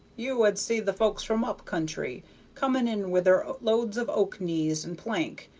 you would see the folks from up country comin' in with their loads of oak knees and plank,